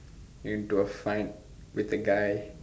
into a fight with the guy